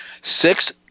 six